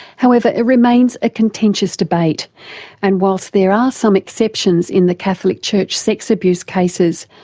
however it remains a contentious debate and whilst there are some exceptions in the catholic church sex abuse cases,